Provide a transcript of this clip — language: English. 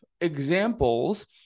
examples